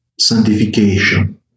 sanctification